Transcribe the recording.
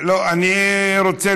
גם אתה מדבר